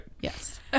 Yes